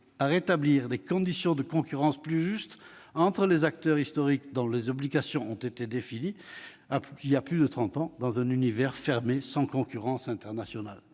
à rétablir des conditions de concurrence plus justes entre les acteurs historiques, dont les obligations ont été définies il y a plus de trente ans dans un univers fermé sans concurrence internationale.